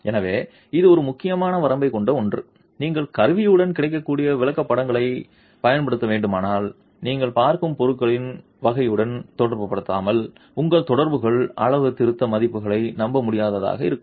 எனவே இது ஒரு முக்கியமான வரம்பைக் கொண்ட ஒன்று நீங்கள் கருவியுடன் கிடைக்கக்கூடிய விளக்கப்படங்களைப் பயன்படுத்த வேண்டுமானால் நீங்கள் பார்க்கும் பொருளின் வகையுடன் தொடர்புபடுத்தாமல் உங்கள் தொடர்புகள் அளவுத்திருத்த மதிப்புகள் நம்பமுடியாததாக இருக்கும்